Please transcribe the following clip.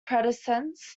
precedents